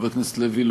חבר הכנסת לוי,